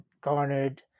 garnered